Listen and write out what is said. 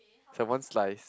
is a one slice